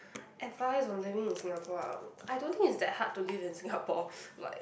advice on living in Singapore ah mm I don't think it's that hard to live in Singapore but